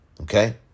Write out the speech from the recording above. okay